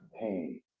pain